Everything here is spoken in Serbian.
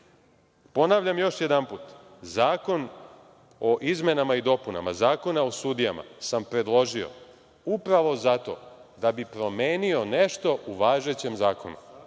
jasno. Ponavljam još jedanput, zakon o izmenama i dopunama Zakona o sudijama sam predložio upravo zato da bih promenio nešto u važećem zakonu.